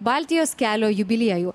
baltijos kelio jubiliejų